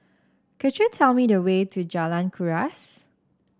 could you tell me the way to Jalan Kuras